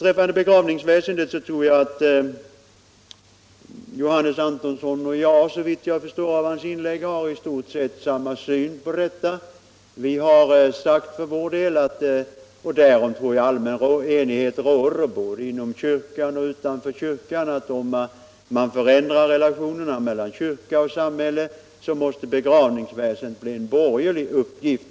När det gäller begravningsväsendet tror jag att Johannes Antonsson och jag, att döma av hans inlägg, har samma syn. För vår del har vi sagt att — och därom tror jag att det råder allmän enighet både inom och utom kyrkan —- om man förändrar relationerna mellan kyrka och samhälle, så måste begravningsväsendet bli en borgerlig uppgift.